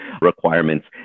requirements